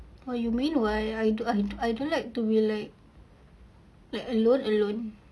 what you mean why I I do~ I do~ I don't like to be like like alone alone